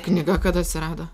knyga kada atsirado